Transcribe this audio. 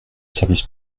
service